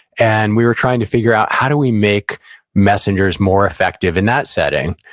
and we were trying to figure out, how do we make messengers more effective in that setting?